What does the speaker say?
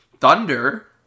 Thunder